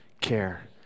care